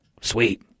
Sweet